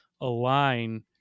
align